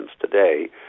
today